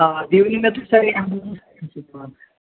آ بیٚیہِ ؤنِو مےٚ تُہۍ سَر یہِ